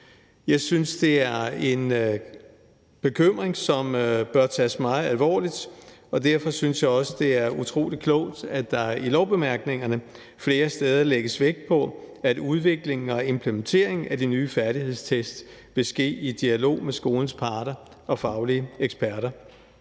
Jeg synes, det er en bekymring, som bør tages meget alvorligt, og derfor synes jeg også, at det er utrolig klogt, at der i lovbemærkningerne flere steder lægges vægt på, at udviklingen og implementeringen af de nye færdighedstest vil ske i dialog med skolens parter og faglige eksperter.